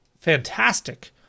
Fantastic